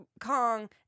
kong